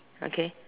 okay